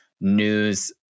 news